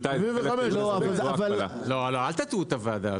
לא אל תטעו את הוועדה,